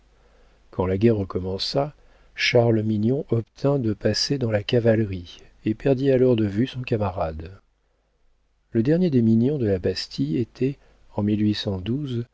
quand la guerre recommença charles mignon obtint de passer dans la cavalerie et perdit alors de vue son camarade le dernier des mignon de la bastie était en